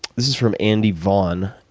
this is from andy vaughn.